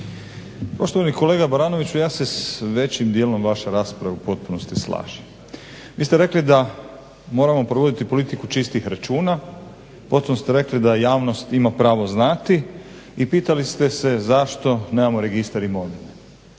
Poštovani kolega Baranoviću, ja se s većim dijelom vaše rasprave u potpunosti slažem. Vi ste rekli da moramo provoditi politiku čistih računa, potom ste rekli da javnost ima pravo znati i pitali ste se zašto nemamo registar imovine.